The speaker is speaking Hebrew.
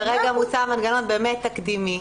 כרגע מוצע מנגנון תקדימי,